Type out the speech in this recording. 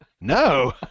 No